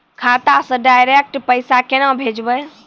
खाता से डायरेक्ट पैसा केना भेजबै?